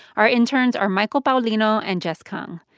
our interns are michael paulino and jess kung.